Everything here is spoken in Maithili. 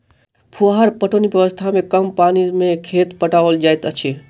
फुहार पटौनी व्यवस्था मे कम पानि मे खेत पटाओल जाइत अछि